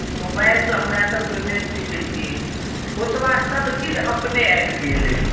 मोबाइलसँ हमरासभके नहि सीखैत छियै ओतबा सभचीज अपने आबि गेल अइ